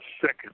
second